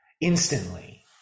Instantly